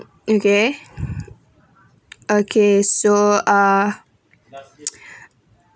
okay okay so ah